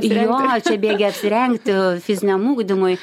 jo čia bėgi apsirengti fiziniam ugdymui